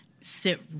sit